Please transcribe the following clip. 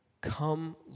come